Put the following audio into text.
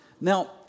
Now